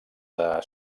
del